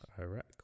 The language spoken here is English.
iraq